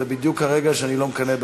זה בדיוק הרגע שאני לא מקנא בך.